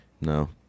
No